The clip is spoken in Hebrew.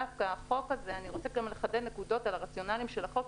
דווקא החוק הזה אני רוצה גם לחדד נקודות על הרציונלים של החוק,